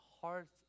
hearts